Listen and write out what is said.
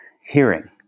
hearing